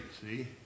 see